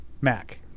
Mac